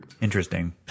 Interesting